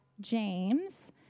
James